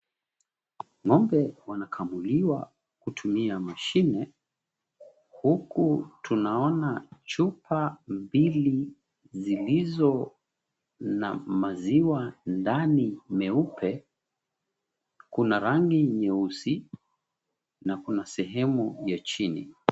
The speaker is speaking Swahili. Ng'ombe wanakamuliwa kutumia mashine, huku tunaona chupa mbili zilizo na maziwa ndani meupe, kuna rangi nyeusi, na kuna sehemu ya chini.